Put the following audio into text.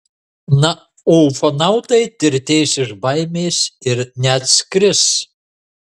na o ufonautai tirtės iš baimės ir neatskris